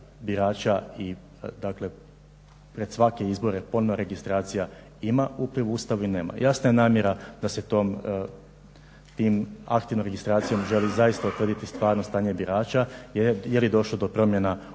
birača dakle pred stavke izbore ponovno registracija ima upliv u Ustav ili nema. Jasna je namjera da se tim aktivnom registracijom želi utvrditi stvarno stanje birača jer je došlo do promjena u